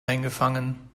eingefangen